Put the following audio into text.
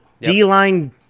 d-line